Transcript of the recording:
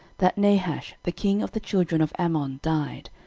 that nahash the king of the children of ammon died,